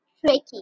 Tricky